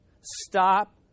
stop